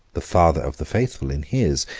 the father of the faithful, in his,